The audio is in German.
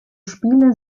spiele